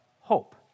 hope